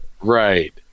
Right